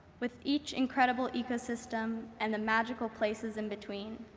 with each incredible ecosystem and the magical places in-between.